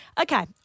Okay